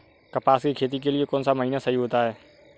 कपास की खेती के लिए कौन सा महीना सही होता है?